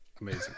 Amazing